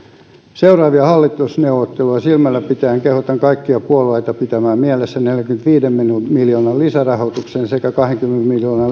seuraavia hallitusneuvotteluja silmällä pitäen kehotan kaikkia puolueita pitämään mielessä neljänkymmenenviiden miljoonan lisärahoituksen sekä liikuntapaikkarakentamiseen tarvittavan kahdenkymmenen miljoonan